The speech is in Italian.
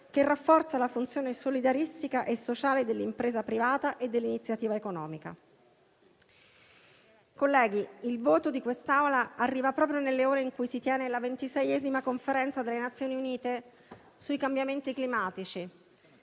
che rafforza la funzione solidaristica e sociale dell'impresa privata e dell'iniziativa economica. Colleghi, il voto di quest'Assemblea arriva proprio nelle ore in cui si tiene la ventiseiesima Conferenza delle Nazioni Unite sui cambiamenti climatici